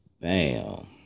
Bam